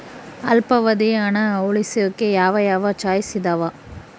ಅಲ್ಪಾವಧಿ ಹಣ ಉಳಿಸೋಕೆ ಯಾವ ಯಾವ ಚಾಯ್ಸ್ ಇದಾವ?